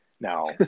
now